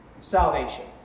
salvation